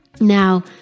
Now